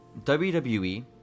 WWE